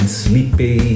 sleepy